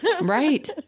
Right